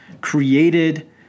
created